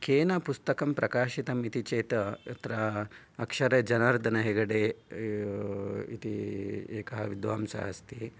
केन पुस्तकं प्रकाशितं इति चेत् अत्र अक्षरे जनार्दन हेगडे इति एकः विद्वांसः अस्ति